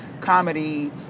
comedy